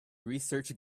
research